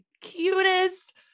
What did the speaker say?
cutest